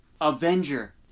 Avenger